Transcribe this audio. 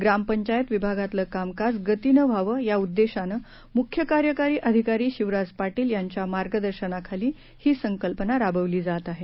ग्रामपंचायत विभागातलं कामकाज गतिनं व्हावं या उद्देशानं मुख्य कार्यकारी अधिकारी शिवराज पाटील यांच्या मार्गदर्शनाखाली ही संकल्पना राबवली जात आहे